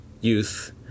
youth